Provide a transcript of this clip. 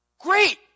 Great